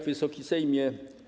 Wysoki Sejmie!